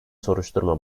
soruşturma